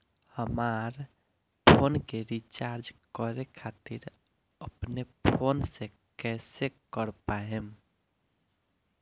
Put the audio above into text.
हमार फोन के रीचार्ज करे खातिर अपने फोन से कैसे कर पाएम?